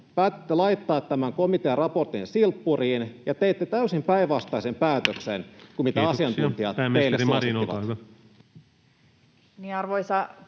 päätitte laittaa tämän komitean raportin silppuriin ja teitte täysin päinvastaisen päätöksen kuin mitä asiantuntijat teille suosittivat? [Speech